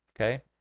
okay